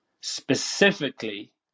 specifically